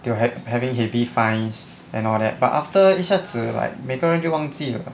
they were have having heavy fines and all that but after 一下子 like 每个人就忘记了